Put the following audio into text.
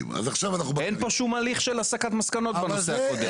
אין פה שום הליך של הסקת מסקנות בנושא הקודם.